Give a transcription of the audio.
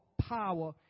power